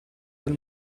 del